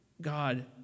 God